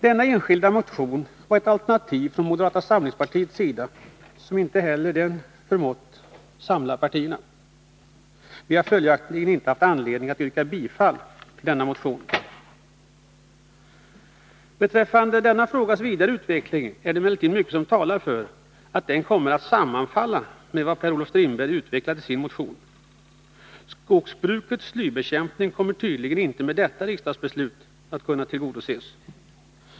Denna enskilda mark motion var ett alternativ från moderata samlingspartiets sida som inte heller det har förmått samla partierna. Vi har följaktligen inte haft anledning att I en enskild motion av Per-Olof Strindberg har föreslagits att propositionen borde avvisas och att man i stället borde avvakta en proposition från Beträffande denna frågas vidare utveckling är det emellertid mycket som talar för att den kommer att sammanfalla med det som Per-Olof Strindberg har utvecklat i sin motion. Skogsbrukets behov av slybekämpning kommer tydligen inte att kunna tillgodoses genom detta riksdagsbeslut.